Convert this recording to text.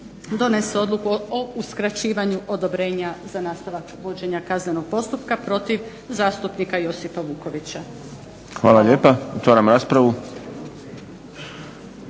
donese odluku o uskraćivanju odobrenja za nastavak vođenja kaznenog postupka protiv zastupnika Josipa Vukovića. **Šprem, Boris